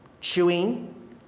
chewing